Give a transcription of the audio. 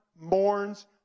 mourns